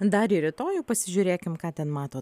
dar į rytojų pasižiūrėkim ką ten matot